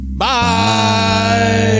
Bye